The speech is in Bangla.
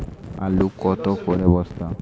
আলু কত করে বস্তা?